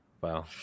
Wow